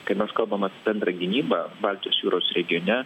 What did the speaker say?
kai mes kalbam apie bendrą gynybą baltijos jūros regione